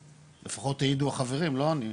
לפחות העידו החברים לא אני,